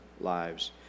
lives